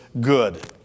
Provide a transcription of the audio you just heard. good